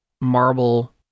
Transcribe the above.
marble